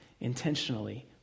intentionally